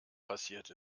passiert